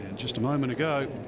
and just a moment ago.